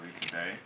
today